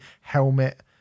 Helmet